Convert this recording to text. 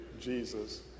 Jesus